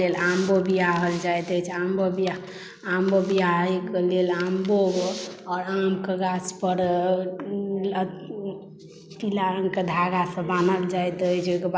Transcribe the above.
हल्दी लगला के बाद बियाह मे बियाह के लेल आम महु बियाहल जाइत अछि आम महु बियाह आम महु बियाहैक लेल आम महु आओर आम के गाछ पर